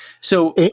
So-